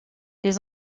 les